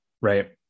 Right